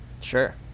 sure